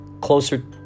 closer